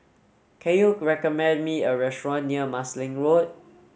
can you recommend me a restaurant near Marsiling Road